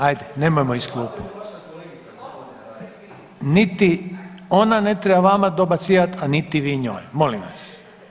Ajde, nemojmo iz klupe. ... [[Upadica se ne čuje.]] Niti ona ne treba vama dobacivati, a niti vi njoj, molim vas.